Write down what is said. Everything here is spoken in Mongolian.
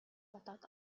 бодоод